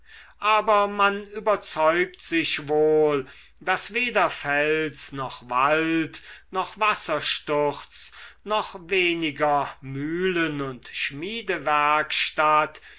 aber man überzeugt sich wohl daß weder fels noch wald noch wassersturz noch weniger mühlen und